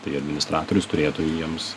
tai administratorius turėtų jiems